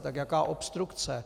Tak jaká obstrukce?